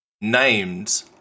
named